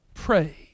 Pray